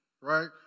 Right